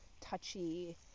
touchy